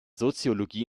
soziologie